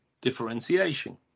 differentiation